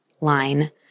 line